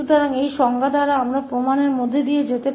तो परिभाषा के अनुसार हम सबूत के माध्यम से जा सकते हैं